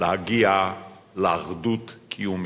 להגיע לאחדות קיומית.